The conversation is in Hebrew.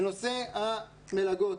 לנושא המלגות.